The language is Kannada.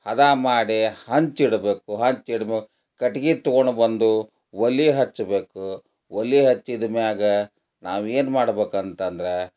ಹದ ಮಾಡಿ ಹೆಂಚಿಡಬೇಕು ಹೆಂಚಿಡಿದು ಕಟ್ಗೆ ತೊಗೊಂಡ್ಬಂದು ಒಲೆ ಹಚ್ಚಬೇಕು ಒಲೆ ಹಚ್ಚಿದ ಮ್ಯಾಗ ನಾವು ಏನು ಮಾಡ್ಬೇಕು ಅಂತಂದ್ರೆ